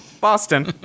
Boston